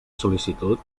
sol·licitud